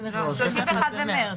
31 במארס.